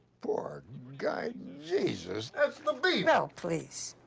poor guy, jesus, that's the beef! oh, please.